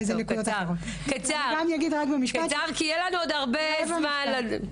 טוב, בקצרה כי יהיה לנו עוד הרבה זמן לדון.